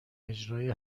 اجرای